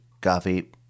Coffee